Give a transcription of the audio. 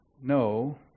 no